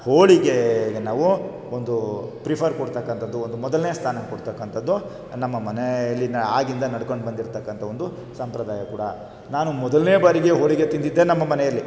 ಹೋಳಿಗೇನ ನಾವು ಒಂದು ಪ್ರಿಫರ್ ಕೊಡ್ತಕ್ಕಂಥದ್ದು ಒಂದು ಮೊದಲನೇ ಸ್ಥಾನ ಕೊಡ್ತಕ್ಕಂಥದ್ದು ನಮ್ಮ ಮನೆಯಲ್ಲಿನ ಆಗಿಂದ ನಡ್ಕೊಂಡು ಬಂದಿರ್ತಕ್ಕಂಥ ಒಂದು ಸಂಪ್ರದಾಯ ಕೂಡ ನಾನು ಮೊದಲನೇ ಬಾರಿಗೆ ಹೋಳಿಗೆ ತಿಂದಿದ್ದೇ ನಮ್ಮ ಮನೆಯಲ್ಲಿ